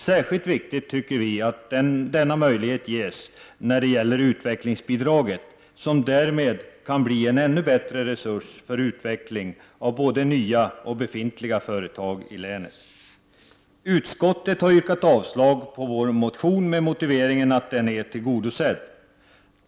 Vi tycker att det är särskilt viktigt att denna möjlighet ges när det gäller utvecklingsbidraget, som därmed kan bli en ännu bättre resurs för utveckling av både nya och befintliga företag i länet. Utskottet har avstyrkt vår motion med motivering att kraven är tillgodosedda.